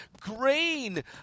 green